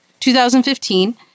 2015